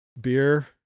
beer